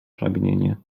pragnienie